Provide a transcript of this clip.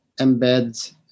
embeds